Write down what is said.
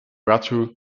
ratu